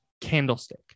Candlestick